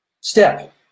Step